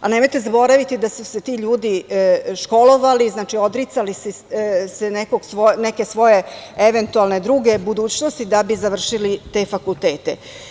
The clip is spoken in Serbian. Nemojte zaboraviti da su se ti ljudi školovali, odricali se neke svoje druge budućnosti, da bi završili te fakultete.